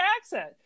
accent